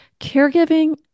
caregiving